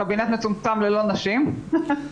קבינט מצומצם ללא נשים.